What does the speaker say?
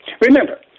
Remember